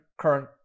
current